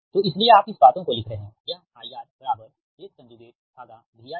तो इसीलिए आप इस बातों को लिख रहे हैं यह IR SVRहै